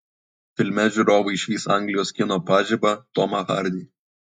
filme žiūrovai išvys anglijos kino pažibą tomą hardy